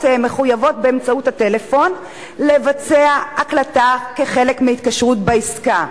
באמצעות הטלפון לבצע הקלטה כחלק מההתקשרות בעסקה.